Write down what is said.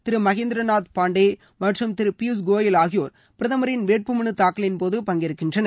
திரு மகேந்திரநாத் பாண்டே மற்றும் திரு பியூஷ் கோயல் ஆகியோர் பிரதமரின் வேட்பு மனு தாக்கலின்போது பங்கேற்கின்றனர்